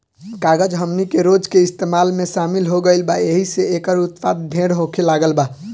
कागज हमनी के रोज के इस्तेमाल में शामिल हो गईल बा एहि से एकर उत्पाद ढेर होखे लागल बा